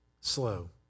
slow